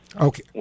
Okay